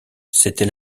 c’était